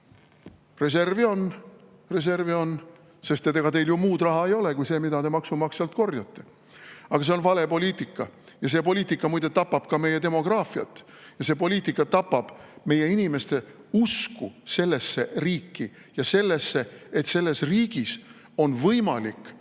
Reservi on [vaja luua] ja ega teil ju muud raha ei ole kui see, mida te maksumaksjalt korjate. Aga see on vale poliitika ja see poliitika tapab muide ka meie demograafiat. See poliitika tapab meie inimeste usku sellesse riiki ja sellesse, et selles riigis on võimalik